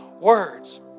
words